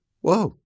whoa